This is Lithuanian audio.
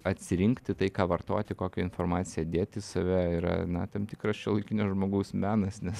atsirinkti tai ką vartoti kokią informaciją dėt į save yra na tam tikras šiuolaikinio žmogaus menas nes